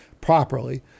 properly